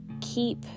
keep